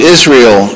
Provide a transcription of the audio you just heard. Israel